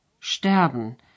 sterben